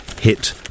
hit